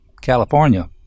California